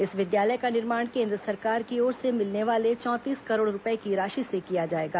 इस विद्यालय का निर्माण केन्द्र सरकार की ओर से मिलने वाले चौंतीस करोड़ रूपये की राशि से किया जाएगा